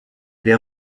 les